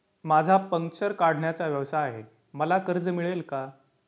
माझा पंक्चर काढण्याचा व्यवसाय आहे मला कर्ज मिळेल का?